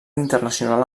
internacional